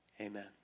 Amen